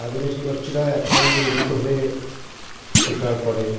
আদিবাসী ব্যক্তিরা একসঙ্গে মিলিত হয়ে শিকার করে